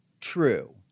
True